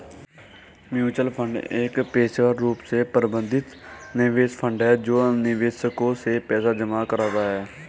mutual fund एक पेशेवर रूप से प्रबंधित निवेश फंड है जो निवेशकों से पैसा जमा कराता है